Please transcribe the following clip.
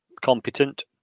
competent